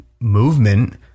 Movement